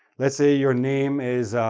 let's say your name is